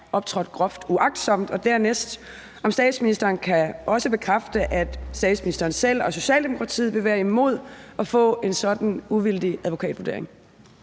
optrådt groft uagtsomt, og dernæst om statsministeren også kan bekræfte, at statsministeren selv og Socialdemokratiet vil være imod at få en sådan uvildig advokatvurdering.